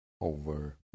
over